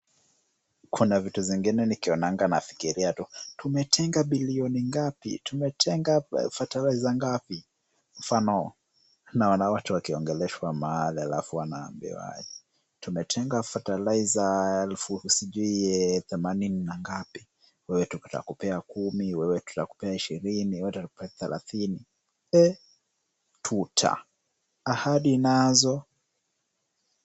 Kuna vitu zingine nikionanga nafikiria tu, tumetenga bilioni ngapi? Tumetenga fertilizer ngapi? Mfano naona watu wakiongeleshwa mahali halafu wanaambiwa tumetenga fertilizer elfu sijui themanini na ngapi. Wewe tutakupea kumi, wewe tutakupea ishirini, wewe tutakupea thelathini, tuta . Ahadi nazo?